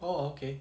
orh okay